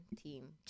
team